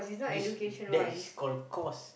this that is called course